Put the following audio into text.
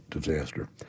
disaster